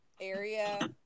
area